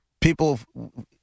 People